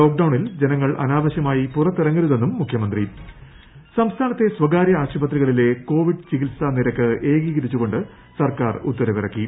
ലോക്ക്ഡൌണ്ടിൽ ജനങ്ങൾ അനാവശ്യമായി പുറത്തിറങ്ങരുതെന്നും മുഖ്യമന്ത്രിച്ച സംസ്ഥാനത്തെ സ്വകാര്യ ആശുപ്പത്രികളിലെ കോവിഡ് ചികിത്സാ ന് നിരക്ക് ഏകീകരിച്ചുകൊണ്ട് സർക്കാർ ഉത്തരവിറക്കി